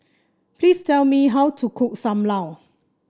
please tell me how to cook Sam Lau